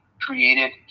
created